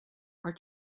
are